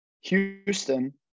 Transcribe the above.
Houston